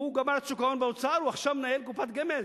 הוא גמר את שוק ההון באוצר ועכשיו הוא מנהל קופת גמל,